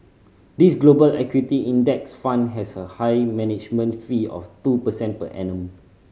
this Global Equity Index Fund has a high management fee of two percent per annum